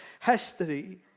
history